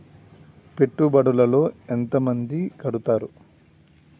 పెట్టుబడుల లో ఎంత మంది కడుతరు?